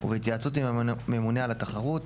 ובהתייעצות עם הממונה על התחרות,